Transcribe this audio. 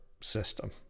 system